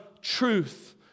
truth